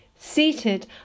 seated